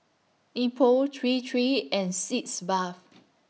Nepro Tree three and Sitz Bath